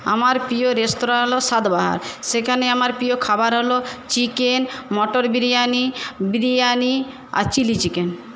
আমার প্রিয় রেস্তোরাঁ হল স্বাদবাহার সেখানে আমার প্রিয় খাবার হল চিকেন মটন বিরিয়ানি বিরিয়ানি আর চিলি চিকেন